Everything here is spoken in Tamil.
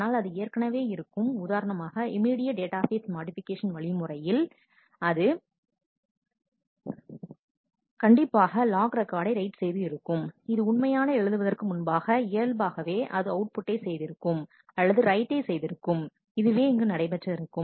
ஆனால் அது ஏற்கனவே இருக்கும் உதாரணமாக இமிடியட் டேட்டாபேஸ் மாடிஃபிகேஷன் வழிமுறையில் அது கண்டிப்பாக லாக் ரெக்கார்டை ரைட் செய்து இருக்கும் அது உண்மையான எழுதுவதற்கு முன்பாக இயல்பாகவே அது அவுட் புட்டை செய்திருக்கும் அல்லது ரைட் டை செய்திருக்கும் இதுவே இங்கு நடைபெற்று இருக்கும்